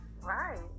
Right